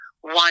one